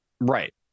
Right